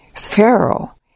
Pharaoh